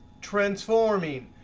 transforming,